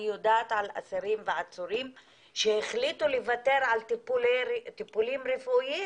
אני יודעת על עצירים ואסורים שהחליטו לוותר על טיפולים רפואיים